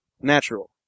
natural